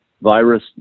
virus